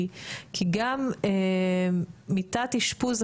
כי גם מיטת אשפוז,